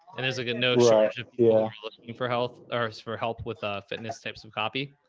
and there's a good note yeah and for health or for help with ah fitness types of copy.